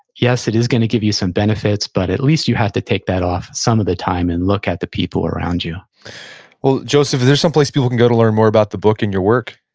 yes, it is going to give you some benefits, but at least you have to take that off some of the time and look at the people around you well, joseph, is there someplace people can go to learn more about the book and your work?